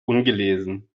ungelesen